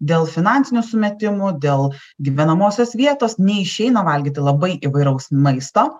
dėl finansinių sumetimų dėl gyvenamosios vietos neišeina valgyti labai įvairaus maisto